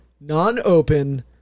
non-open